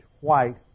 white